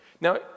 Now